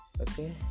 okay